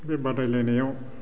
बे बादायलायनायाव